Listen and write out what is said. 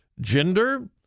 gender